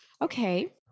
Okay